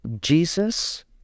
jesus